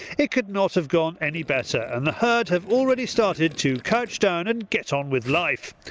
it could not have gone any better and the herd have already started to couch down and get on with life.